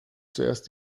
zuerst